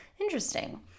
Interesting